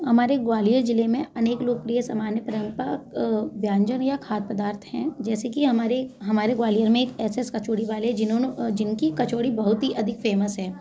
हमारे ग्वालियर जिले में अनेक लोकप्रिय सामान्य व्यंजन या खाद्य पदार्थ हैं जैसे कि हमारे हमारे ग्वालियर में एक एस एस कचौड़ी वाले है जिन्होंने जिनकी कचौड़ी बहुत ही अधिक फेमस है